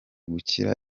kugira